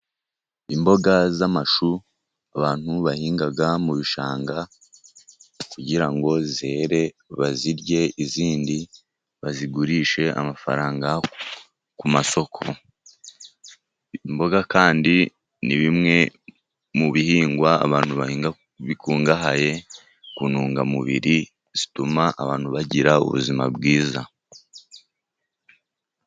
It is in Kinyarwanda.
Imboga z'amashu abantu bahinga mu bishanga, kugira ngo zere bazirye, izindi bazigurishe amafaranga ku masoko. Imboga kandi ni bimwe mu bihingwa abantu bahinga, bikungahaye ku ntungamubiri zituma abantu bagira ubuzima bwiza.